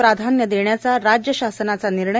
प्राधान्य देण्याचा राज्य शासनाचा निर्णय